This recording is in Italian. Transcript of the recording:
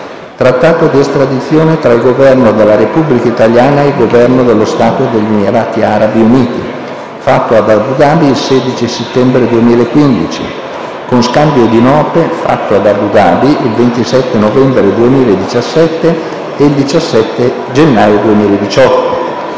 *Trattato di estradizione tra il Governo della Repubblica italiana e il Governo dello Stato degli Emirati arabi uniti, fatto ad Abu Dhabi il 16 settembre 2015, con Scambio di Note fatto ad Abu Dhabi il 27 novembre 2017 e il 17 gennaio 2018;*